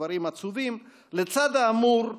דברים עצובים: לצד האמור,